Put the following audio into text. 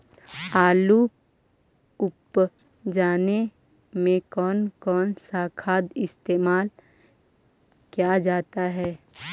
आलू उप जाने में कौन कौन सा खाद इस्तेमाल क्या जाता है?